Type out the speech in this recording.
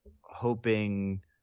hoping